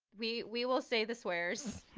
we, we will say the swears